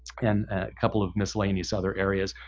and a couple of miscellaneous other areas.